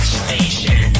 station